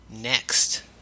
Next